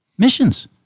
missions